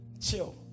chill